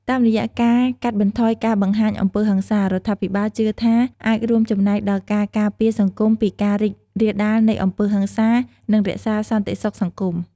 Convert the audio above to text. តាមរយៈការកាត់បន្ថយការបង្ហាញអំពើហិង្សា រដ្ឋាភិបាលជឿថាអាចរួមចំណែកដល់ការការពារសង្គមពីការរីករាលដាលនៃអំពើហិង្សា និងរក្សាសន្តិសុខសង្គម។